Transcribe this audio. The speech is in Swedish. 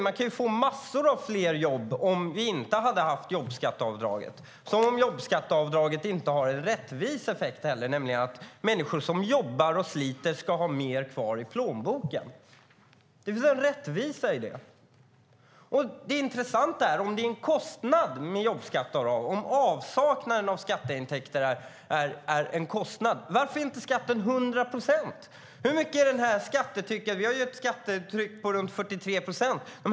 Man kan få massor av fler jobb om vi inte hade haft jobbskatteavdraget, tycker de, som om jobbskatteavdraget inte hade en rättviseeffekt, nämligen att människor som jobbar och sliter ska ha mer kvar i plånboken. Det finns en rättvisa i det. Om jobbskatteavdraget är en kostnad, om avsaknaden av skatteintäkter är en kostnad, varför är inte skatten då 100 procent? Vi har ett skattetryck med skatter på runt 43 procent.